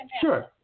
Sure